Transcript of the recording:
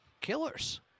killers